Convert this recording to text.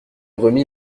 remis